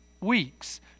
weeks